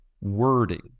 wording